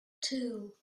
two